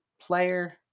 player